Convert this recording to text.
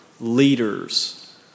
leaders